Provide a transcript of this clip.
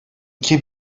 iki